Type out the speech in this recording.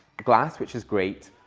glass which is great,